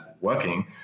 working